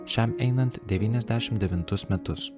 šiam einant devyniasdešim devintus metus